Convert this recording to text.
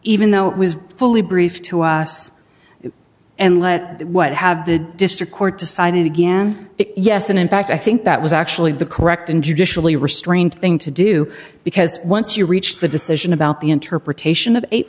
even though it was fully briefed to us and let what have the district court decided again yes and in fact i think that was actually the correct and judicially restrained thing to do because once you reach the decision about the interpretation of eight